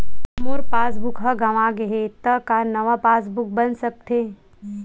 मोर passbook ह गंवा गे हे त का नवा पास बुक बन सकथे?